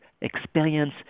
experience